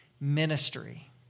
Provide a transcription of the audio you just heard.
ministry